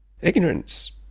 ignorance